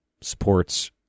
supports